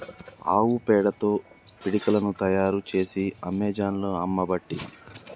ఆవు పేడతో పిడికలను తాయారు చేసి అమెజాన్లో అమ్మబట్టిరి